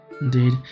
Indeed